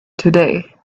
today